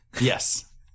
Yes